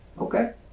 okay